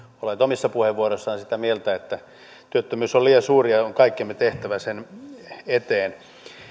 olleet omissa puheenvuoroissaan sitä mieltä että työttömyys on liian suuri ja meidän on kaikkemme tehtävä sen eteen